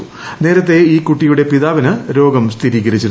ന്നേരത്തെ ഈ കുട്ടിയുടെ പിതാവിന് രോഗം സ്ഥിരീകരിച്ചു